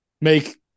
Make